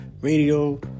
radio